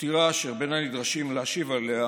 עתירה אשר בין הנדרשים להשיב עליה